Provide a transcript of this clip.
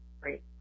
Great